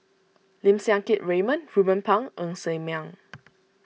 Lim Siang Keat Raymond Ruben Pang Ng Ser Miang